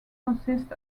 consists